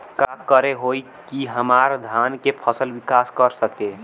का करे होई की हमार धान के फसल विकास कर सके?